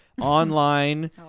Online